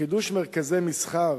חידוש מרכזי מסחר,